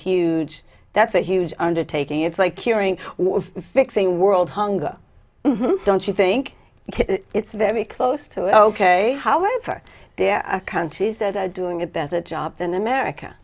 huge that's a huge undertaking it's like curing was fixing world hunger don't you think it's very close to ok however there are countries that are doing a better job than america